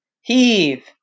heave